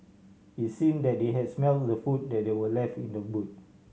it's seemed that they had smelt the food that they were left in the boot